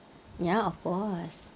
ya of course